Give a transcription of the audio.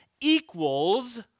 equals